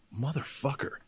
Motherfucker